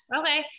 Okay